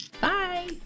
bye